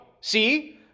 See